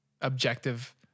objective